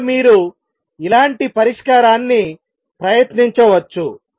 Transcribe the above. కనుక మీరు ఇలాంటి పరిష్కారాన్ని ప్రయత్నించవచ్చు